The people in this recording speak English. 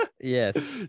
yes